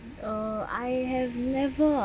uh I have never ah